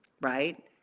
right